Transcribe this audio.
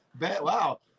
Wow